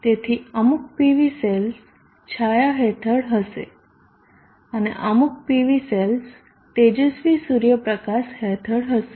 તેથી અમુક PV cells છાંયા હેઠળ હશે અને અમુક PV સેલ્સ તેજસ્વી સૂર્યપ્રકાશ હેઠળ હશે